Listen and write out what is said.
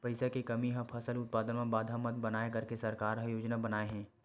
पईसा के कमी हा फसल उत्पादन मा बाधा मत बनाए करके सरकार का योजना बनाए हे?